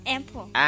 Apple